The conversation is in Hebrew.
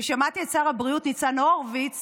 שמעתי את שר הבריאות ניצן הורוביץ